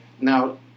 Now